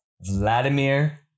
Vladimir